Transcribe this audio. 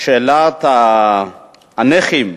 ששאלת הנכים,